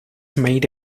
made